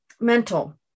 mental